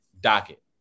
docket